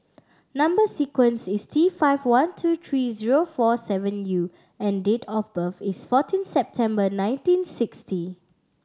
number sequence is T five one two three zero four seven U and date of birth is fourteen September nineteen sixty